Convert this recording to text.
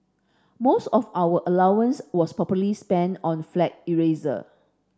most of our allowance was probably spent on flag eraser